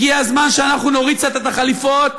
הגיע הזמן שאנחנו נוריד קצת את החליפות,